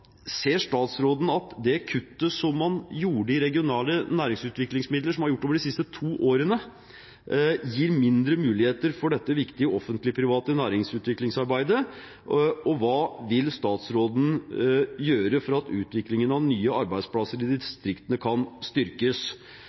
Ser statsråden at det kuttet man har gjort i regionale næringsutviklingsmidler over de siste to årene, gir mindre muligheter for det viktige offentlig–private næringsutviklingsarbeidet? Hva vil statsråden gjøre for at utviklingen av nye arbeidsplasser i distriktene kan styrkes?